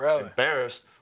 Embarrassed